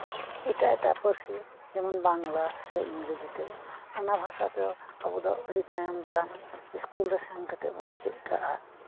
ᱮᱴᱟᱜ ᱮᱴᱟᱜ ᱯᱟᱹᱨᱥᱤ ᱡᱮᱢᱚᱱ ᱵᱟᱝᱞᱟ ᱥᱮ ᱤᱝᱨᱟᱹᱡᱤᱛᱮ ᱚᱱᱟ ᱵᱷᱟᱥᱟᱛᱮᱫᱚ ᱟᱵᱩᱫᱚ ᱟᱹᱰᱤ ᱛᱟᱭᱚᱱ ᱫᱟᱨᱟᱢ ᱤᱥᱠᱩᱨᱮ ᱥᱮᱱᱠᱟᱛᱮᱜ ᱵᱩᱱ ᱪᱤᱫ ᱟᱠᱟᱫᱟ